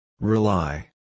Rely